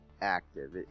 active